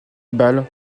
bâle